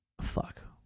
Fuck